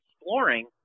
exploring